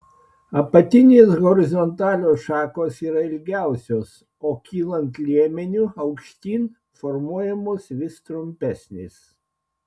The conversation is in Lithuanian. apatinės horizontalios šakos yra ilgiausios o kylant liemeniu aukštyn formuojamos vis trumpesnės